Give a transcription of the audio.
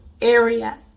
area